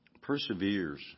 Perseveres